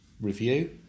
review